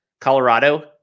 Colorado